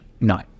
no